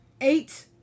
Eight